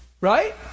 right